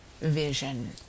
vision